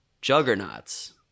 juggernauts